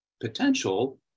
potential